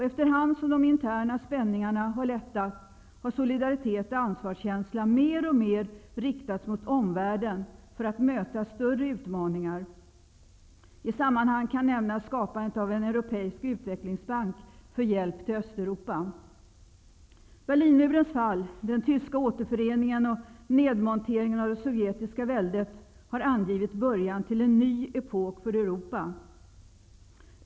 Efter hand som de interna spänningarna lättat har solidaritet och ansvarskänsla mer och mer riktats mot omvärlden för att möta större utmaningar. I sammanhanget kan nämnas skapandet av en europeisk utvecklingsbank för hjälp till Östeuropa. Berlinmurens fall, den tyska återföreningen och nedmonteringen av det sovjetiska väldet har angivit början till en ny epok för Europa.